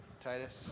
Titus